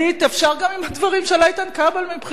אפשר גם עם הדברים של איתן כבל מבחינתי.